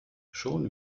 schon